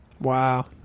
Wow